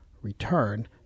return